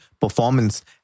performance